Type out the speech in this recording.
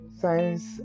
Science